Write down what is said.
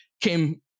came